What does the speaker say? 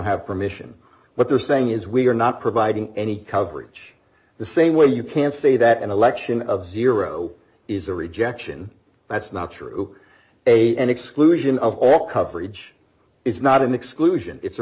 have permission what they're saying is we are not providing any coverage the same way you can say that an election of zero is a rejection that's not true a and exclusion of all coverage is not an exclusion it's a